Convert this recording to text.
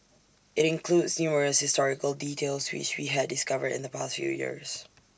IT includes numerous historical details which we had discovered in the past few years